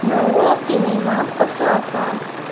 नवो सिनेमा कसो आसा